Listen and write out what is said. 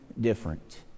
different